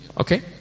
Okay